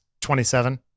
27